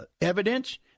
evidence